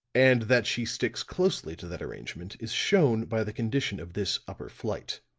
and that she sticks closely to that arrangement is shown by the condition of this upper flight.